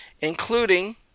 including